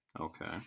Okay